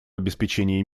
обеспечение